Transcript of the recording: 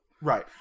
Right